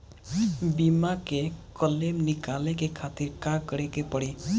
बीमा के क्लेम निकाले के खातिर का करे के पड़ी?